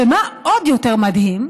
ומה עוד יותר מדהים?